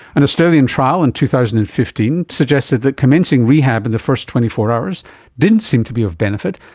an australian trial in two thousand and fifteen suggested that commencing rehab in the first twenty four hours didn't seem to be of benefit,